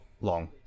long